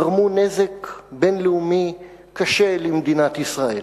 גרמו נזק בין-לאומי קשה למדינת ישראל.